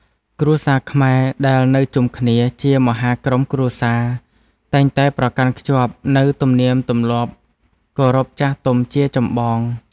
គ្រួសារខ្មែរដែលនៅជុំគ្នាជាមហាក្រុមគ្រួសារតែងតែប្រកាន់ខ្ជាប់នូវទំនៀមទម្លាប់គោរពចាស់ទុំជាចម្បង។